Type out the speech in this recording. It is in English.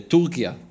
Turkey